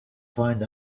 find